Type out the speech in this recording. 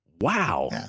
Wow